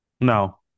No